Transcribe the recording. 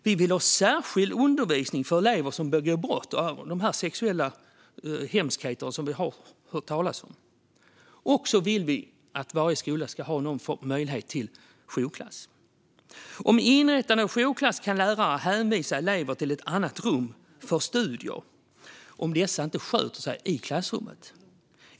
Vi vill ha särskild undervisning för elever som begår brott, till exempel de hemskheter vi hör talas om i form av sexuella trakasserier. Sedan vill vi att varje skola ska ha någon form av jourklass. Med inrättande av jourklass kan lärare hänvisa elever som inte sköter sig i klassrummet till ett annat rum för studier.